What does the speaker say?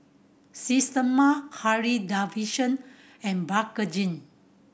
Systema Harley Davidson and Bakerzin